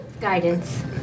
Guidance